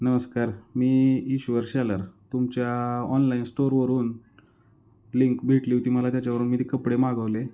नमस्कार मी ईश्वर शेलार तुमच्या ऑनलाईन स्टोअरवरून लिंक भेटली होती मला त्याच्यावरून मी ते कपडे मागवले